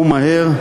ומהר,